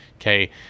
Okay